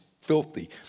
filthy